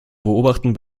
beobachten